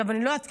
אני לא יודעת,